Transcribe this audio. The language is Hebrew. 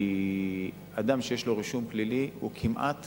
כי אדם שיש לו רישום פלילי הוא כמעט